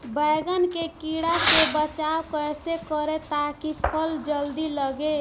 बैंगन के कीड़ा से बचाव कैसे करे ता की फल जल्दी लगे?